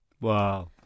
Wow